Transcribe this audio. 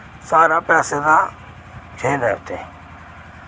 सारा पैसें दा खेल ऐ उत्थै